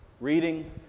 reading